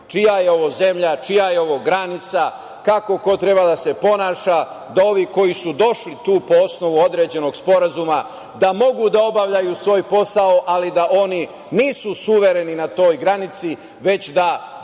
čija je ovo zemlja, čija je ovo granica, kako ko treba da se ponaša, da ovi koji su došli tu po osnovu određenog sporazuma da mogu da obavljaju svoj posao, ali da oni nisu suvereni na toj granici već da su